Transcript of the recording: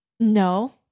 no